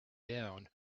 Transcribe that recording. down